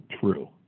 true